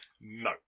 No